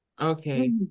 okay